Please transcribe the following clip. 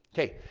okay.